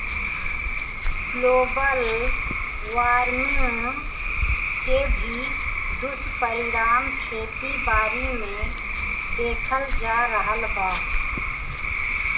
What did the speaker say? global warming के भी दुष्परिणाम खेती बारी पे देखल जा रहल बा